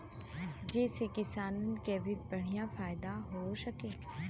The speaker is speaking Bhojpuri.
जेसे किसानन के भी बढ़िया फायदा हो सके